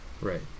Right